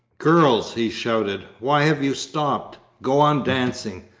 girls! he shouted, why have you stopped? go on dancing.